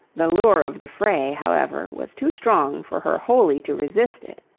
the lure of the fray, however, was too strong for her wholly to resist it.